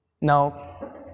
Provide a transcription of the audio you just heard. Now